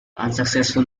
unsuccessful